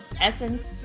Essence